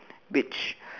which